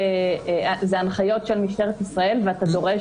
זה הנחיות של משטרת ישראל ואתה דורש